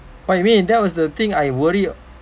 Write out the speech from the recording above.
what you mean that was the thing I worry